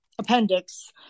appendix